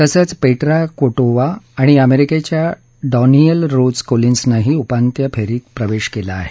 तसंच Petra Kvitova आणि अमेरिकेच्या डॉनियल रोज कोलीन्सनही उपांत्य फेरीत प्रवेश केला आहे